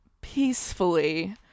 peacefully